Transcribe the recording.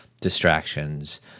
distractions